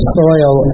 soil